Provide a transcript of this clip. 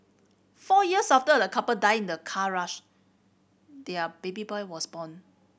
four years after a couple died in a car crash their baby boy was born